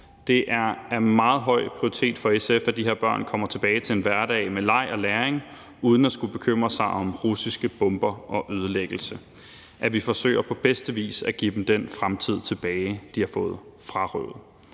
Det er en meget høj prioritet for SF, at de her børn kommer tilbage til en hverdag med leg og læring uden at skulle bekymre sig om russiske bomber og ødelæggelse, og at vi på bedste vis forsøger at give dem den fremtid tilbage, som de har fået frarøvet.